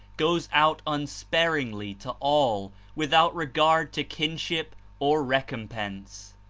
goes out unsparingly to all without regard to kinship or recom pense.